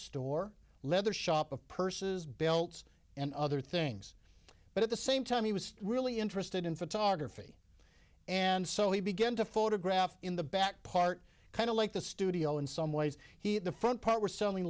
store leather shop of purses belts and other things but at the same time he was really interested in photography and so he began to photograph in the back part kind of like the studio in some ways he had the front part we're selling